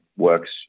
works